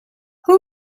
who